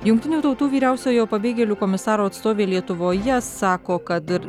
jungtinių tautų vyriausiojo pabėgėlių komisaro atstovė lietuvoje sako kad ir